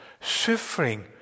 Suffering